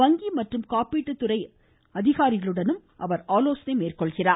வங்கி மற்றும் காப்பீட்டு துறை பிரதிநிதிகளுடனும் அவர் ஆலோசனை மேற்கொள்கிறார்